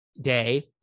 day